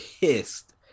pissed